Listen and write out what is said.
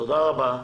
תודה רבה.